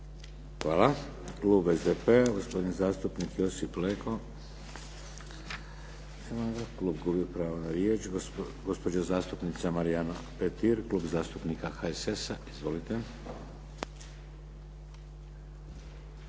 Hvala. Klub SDP-a gospodin zastupnik Josip Leko. Nema ga. Gubi pravo na riječ. Gospođa zastupnica Marija Petir, Klub zastupnika HSS-a. Izvolite.